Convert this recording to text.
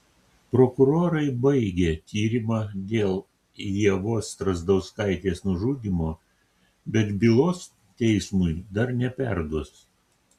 prokurorai baigė tyrimą dėl ievos strazdauskaitės nužudymo bet bylos teismui dar neperduos